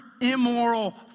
immoral